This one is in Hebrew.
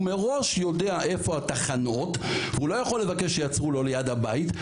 הוא מראש יודע איפה התחנות והוא לא יכול לבקש שיעצרו לו ליד הבית.